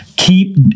Keep